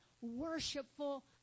worshipful